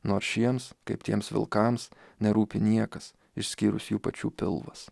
nors šiems kaip tiems vilkams nerūpi niekas išskyrus jų pačių pilvas